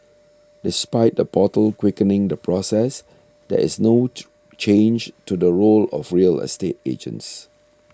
despite the portal quickening the process there is no change to the role of real estate agents